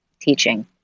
teaching